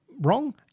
wrong